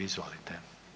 Izvolite.